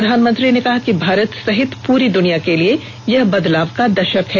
प्रधानमंत्री ने कहा कि भारत सहित पूरी दुनिया के लिए यह बदलाव का दशक है